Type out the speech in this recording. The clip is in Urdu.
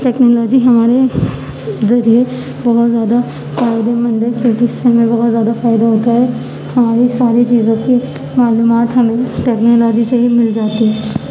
ٹیکنالوجی ہمارے ذریعے بہت زیادہ فائدے مند ہے کیوںکہ اس سے ہمیں بہت زیادہ فائدہ ہوتا ہے ہماری ساری چیزوں کی معلومات ہمیں ٹیکنالوجی سے ہی مل جاتی ہیں